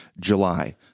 July